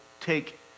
take